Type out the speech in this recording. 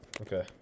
Okay